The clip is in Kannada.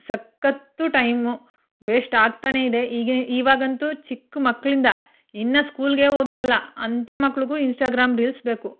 ಸಖತ್ತು ಟೈಮು ವೇಸ್ಟ್ ಆಗ್ತಾಲೇ ಇದೆ ಈಗ ಈವಾಗಂತೂ ಚಿಕ್ಕ ಮಕ್ಕಳಿಂದ ಇನ್ನೂ ಸ್ಕೂಲಿಗೇ ಹೋಗಿರಲ್ಲ ಅಂಥ ಮಕ್ಳಿಗೂ ಇನ್ಸ್ಟಾಗ್ರಾಮ್ ರೀಲ್ಸ್ ಬೇಕು